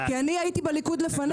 אני הייתי בליכוד לפניך.